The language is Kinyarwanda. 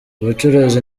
ubucuruzi